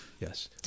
Yes